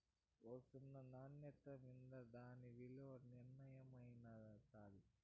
ఒస్తున్న నాన్యత మింద దాని ఇలున నిర్మయమైతాది